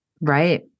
Right